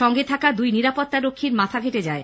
সঙ্গে থাকা দুই নিরাপত্তারক্ষীর মাথা ফেটে যায়